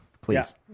Please